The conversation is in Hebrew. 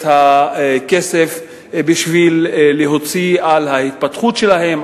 הכסף בשביל להוציא על ההתפתחות שלהן,